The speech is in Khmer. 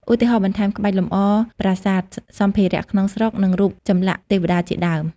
ឧទាហរណ៍បន្ថែម ក្បាច់លម្អប្រាសាទ សម្ភារៈក្នុងស្រុក និងរូបចម្លាក់ទេវតាជាដើម។